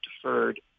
deferred